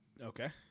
Okay